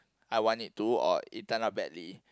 I want it to or it turn out badly